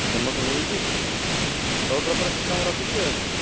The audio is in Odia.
ବୋନସ୍ ମିଳୁଛି ସବୁ ପ୍ରକାର ସିଷ୍ଟମ୍ ରଖିଛି ଆଉ କ'ଣ